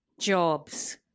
jobs